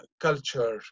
culture